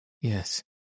yes